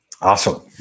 Awesome